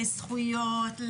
לזכויות,